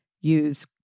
Use